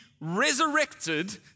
resurrected